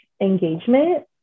engagement